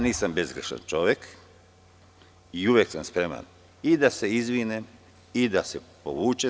Nisam bezgrešan čovek i uvek sam spreman i da se izvinim i da se povučem.